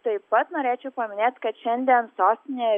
taip pat norėčiau paminėt kad šiandien sostinėje